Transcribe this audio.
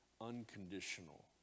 unconditional